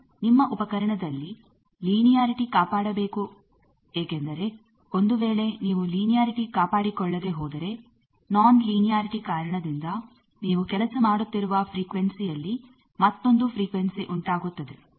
ನೀವು ನಿಮ್ಮ ಉಪಕರಣದಲ್ಲಿ ಲಿನಿಯರಿಟಿ ಕಾಪಾಡಬೇಕು ಏಕೆಂದರೆ ಒಂದು ವೇಳೆ ನೀವು ಲಿನಿಯರಿಟಿ ಕಾಪಾಡಿಕೊಳ್ಳದೆ ಹೋದರೆ ನಾನ್ ಲಿನಿಯರಿಟಿ ಕಾರಣದಿಂದ ನೀವು ಕೆಲಸ ಮಾಡುತ್ತಿರುವ ಫ್ರಿಕ್ವೆನ್ಸಿ ಯಲ್ಲಿ ಮತ್ತೊಂದು ಫ್ರಿಕ್ವೆನ್ಸಿ ಉಂಟಾಗುತ್ತದೆ